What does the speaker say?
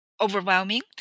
overwhelming